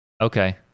Okay